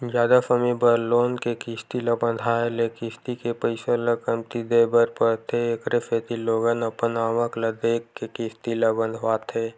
जादा समे बर लोन के किस्ती ल बंधाए ले किस्ती के पइसा ल कमती देय बर परथे एखरे सेती लोगन अपन आवक ल देखके किस्ती ल बंधवाथे